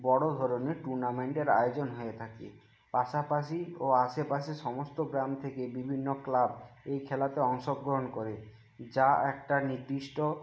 বড়ো ধরণের টুর্নামেন্টের আয়োজন হয়ে থাকে পাশাপাশি ও আশেপাশের সমস্ত গ্রাম থেকে বিভিন্ন ক্লাব এই খেলাতে অংশগ্রহণ করে যা একটা নির্দিষ্ট